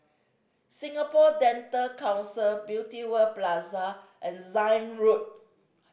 Singapore Dental Council Beauty World Plaza and Zion Road